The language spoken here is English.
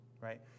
right